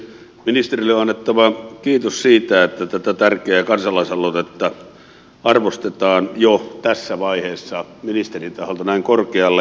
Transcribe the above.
ministerille on annettava kiitos siitä että tätä tärkeää kansalaisaloitetta arvostetaan jo tässä vaiheessa ministerin taholta näin korkealle